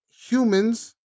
humans